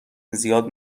زیاد